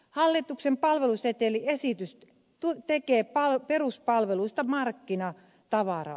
hallituksen palveluseteliesitys tekee peruspalveluista markkinatavaraa